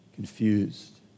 Confused